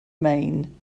maine